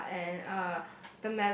ya and uh